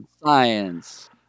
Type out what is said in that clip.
Science